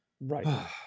Right